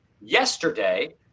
yesterday